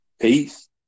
Peace